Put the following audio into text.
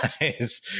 guys